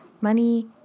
Money